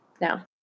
now